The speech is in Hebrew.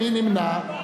מי נמנע?